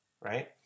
right